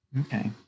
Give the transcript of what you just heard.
Okay